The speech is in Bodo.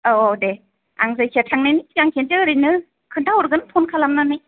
औ औ दे आं जायखिया थांनायनि सिगां खेबसे ओरैनो खोन्था हरगोन फन खालामनानै